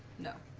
no